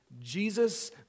Jesus